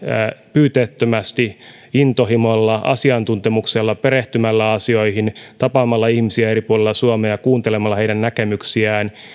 pyyteettömästi intohimolla asiantuntemuksella perehtymällä asioihin tapaamalla ihmisiä eri puolilla suomea ja kuuntelemalla heidän näkemyksiään